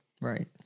right